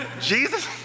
Jesus